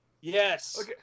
Yes